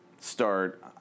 start